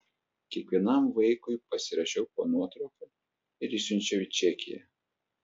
kiekvienam vaikui pasirašiau po nuotrauka ir išsiunčiau į čekiją